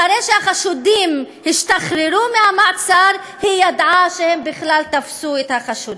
רק אחרי שהחשודים השתחררו מהמעצר היא ידעה שהם בכלל תפסו את החשודים.